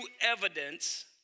evidence